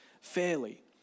fairly